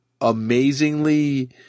amazingly